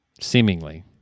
seemingly